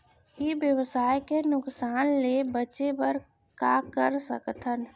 ई व्यवसाय के नुक़सान ले बचे बर का कर सकथन?